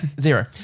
zero